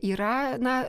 yra na